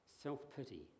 self-pity